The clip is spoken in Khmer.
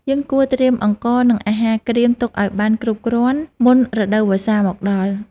យើងគួរត្រៀមអង្ករ និងអាហារក្រៀមទុកឱ្យបានគ្រប់គ្រាន់មុនរដូវវស្សាមកដល់។